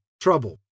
trouble